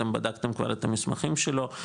אתם בדקתם את המסמכים שלו,